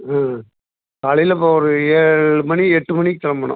ஆ காலையில் இப்போ ஒரு ஏழு மணி எட்டு மணிக்கு கிளம்பணும்